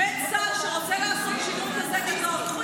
עומד שר שרוצה לעשות שינוי כזה גדול.